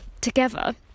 together